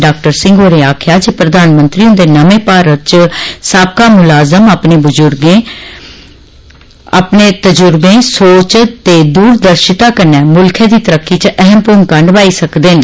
doctor Singh होरें आक्खेया जे प्रधानमंत्री ह्न्दे नमें भारत च साबका मुलाज़म अपने तुजुर्बें सोच विचार ते दूरदर्शिता कन्नै मुल्खै दी तरक्की च अहम भूमिका निभाई सकदे न